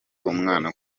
umwana